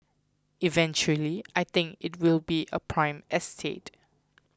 eventually I think it will be a prime estate